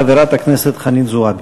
חברת הכנסת חנין זועבי.